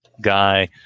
guy